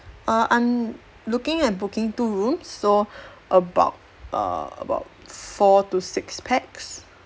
uh I'm looking at booking two rooms so about err about four to six pax